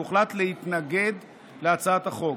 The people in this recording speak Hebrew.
והוחלט להתנגד להצעת החוק.